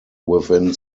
within